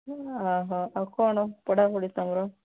ଓ ହ ଆଉ କ'ଣ ପଢ଼ାପଢ଼ି ତୁମର